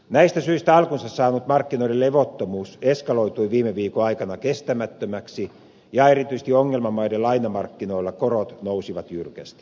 näistä syistä alkunsa saanut markkinoiden levottomuus eskaloitui viime viikon aikana kestämättömäksi ja erityisesti ongelmamaiden lainamarkkinoilla korot nousivat jyrkästi